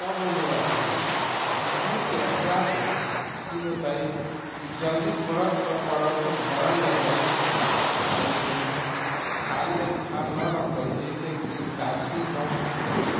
तब ओहिमे रखू भूकूरिके रखला से की होयत कि जल्दी परत पर परत बनल जेतै आ ओहिमे खाली स्थान नहि रहतै जाहि कि गाछी नहि सूखतै